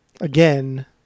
again